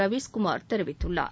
ரவீஸ்குமார் தெரிவித்துள்ளார்